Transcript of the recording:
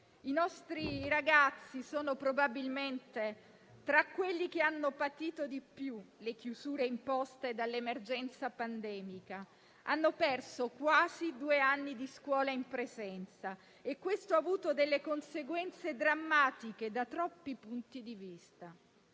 I nostri ragazzi sono probabilmente tra quelli che hanno patito di più le chiusure imposte dall'emergenza pandemica, hanno perso quasi due anni di scuola in presenza e questo ha avuto delle conseguenze drammatiche da troppi punti di vista.